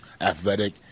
athletic